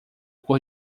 cor